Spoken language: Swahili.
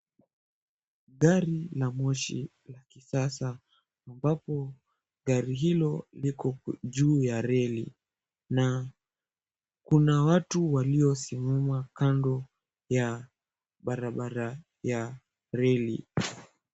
Gari la moshi la kisasa, ambapo gari hilo liko juu ya reli na kuna watu waliosimama kando ya barabara ya reli.